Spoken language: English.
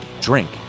Drink